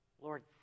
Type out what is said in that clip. Lord